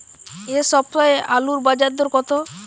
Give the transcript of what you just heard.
এ সপ্তাহে আলুর বাজার দর কত?